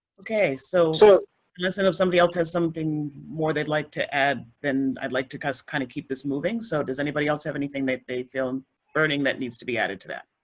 okay. so so unless and somebody else has something more they'd like to add, then i'd like to just kind of keep this moving. so does anybody else have anything that they feel burning that needs to be added to that?